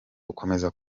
gukomeza